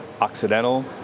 Occidental